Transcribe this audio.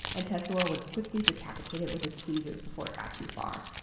and tetsuo would quickly decapitate it with his tweezers before it got too far.